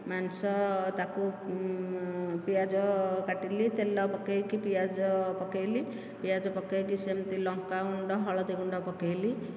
ମାଂସ ତାକୁ ପିଆଜ କାଟିଲି ତେଲ ପକେଇକି ପିଆଜ ପକେଇଲି ପିଆଜ ପକେଇକି ସେମତି ଲଙ୍କା ଗୁଣ୍ଡ ହଳଦୀ ଗୁଣ୍ଡ ପକେଇଲି